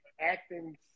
acting